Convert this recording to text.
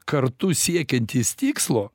kartu siekiantys tikslo